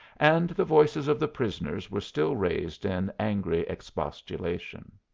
and the voices of the prisoners were still raised in angry expostulation.